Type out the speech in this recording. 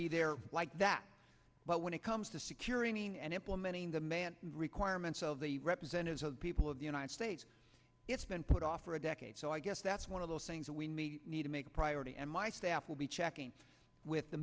be there like that but when it comes to securing and implementing the man requirements of the representatives of the people of the united states it's been put off for a decade so i guess that's one of those things that we need to make a priority and my staff will be checking with the